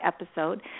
episode